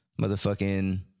Motherfucking